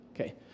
Okay